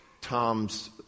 Tom's